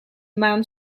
maan